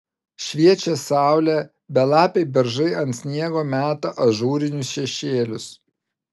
šviečia saulė belapiai beržai ant sniego meta ažūrinius šešėlius